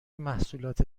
محصولات